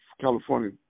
California